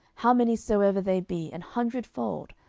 how many soever they be, an hundredfold,